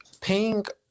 pink